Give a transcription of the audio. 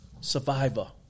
Survivor